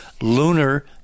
lunar